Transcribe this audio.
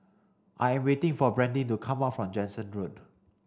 I am waiting for Brandyn to come back from Jansen Road